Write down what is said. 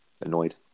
annoyed